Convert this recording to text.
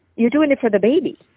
you're doin' it for the baby.